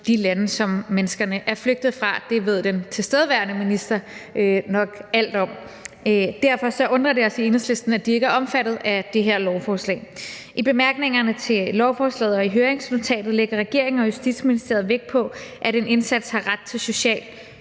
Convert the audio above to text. de lande, som de mennesker er flygtet fra – det ved den tilstedeværende minister nok alt om. Derfor undrer det os i Enhedslisten, at de ikke er omfattet af det her lovforslag. I bemærkningerne til lovforslaget og i høringsnotatet lægger regeringen og Justitsministeriet vægt på, at en indsat har ret til social